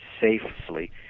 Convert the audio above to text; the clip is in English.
safely